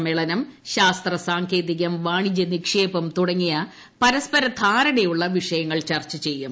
സമ്മേളനം ശാസ്ത്ര സാങ്കേതികം വാണിജൃ നിക്ഷേപം തുടങ്ങിയ പരസ്പര ധാരണയുള്ള വിഷയങ്ങൾ ചർച്ച ചെയ്യും